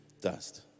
dust